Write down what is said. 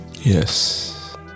Yes